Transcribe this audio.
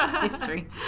history